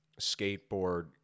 skateboard